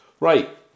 Right